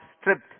stripped